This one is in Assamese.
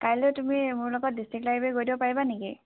কাইলৈ তুমি মোৰ লগত ডিষ্ট্ৰিক্ট লাইব্ৰেৰী গৈ দিব পাৰিবা নি